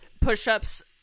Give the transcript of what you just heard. push-ups